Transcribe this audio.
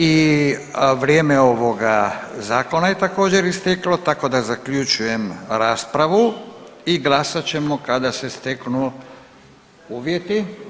I vrijeme ovoga Zakona je također, isteklo, tako da zaključujem raspravu i glasat ćemo kada se steknu uvjeti.